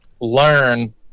learn